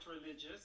religious